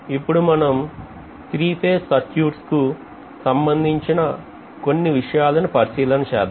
ఇప్పుడు మనం 3 phase circuits కు సంబంధించిన కొన్ని విషయాలను పరిశీలన చేద్దాం